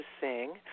sing